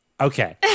Okay